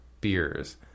beers